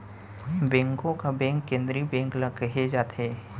बेंको का बेंक केंद्रीय बेंक ल केहे जाथे